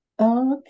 Okay